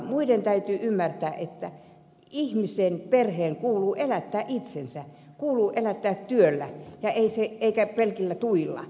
muiden täytyy ymmärtää että ihmisen perheen kuuluu elättää itsensä kuuluu elättää työllä eikä pelkillä tuilla